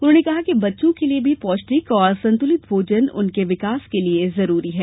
उन्होंने कहा कि बच्चों के लिए भी पौष्टिक एवं संतुलित भोजन उनके विकास के लिये जरूरी है